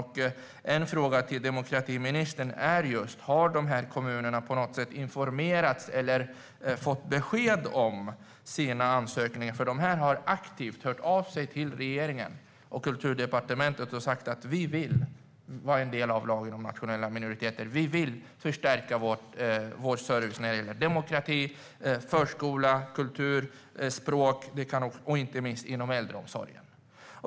Har dessa kommuner fått besked om sina ansökningar? De har aktivt hört av sig till regeringen och Kulturdepartementet och sagt att de vill vara en del av lagen om nationella minoriteter och förstärka sin service vad gäller demokrati, förskola, kultur, språk och inte minst äldreomsorg.